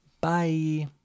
Bye